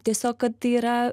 tiesiog kad tai yra